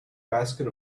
basket